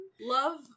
Love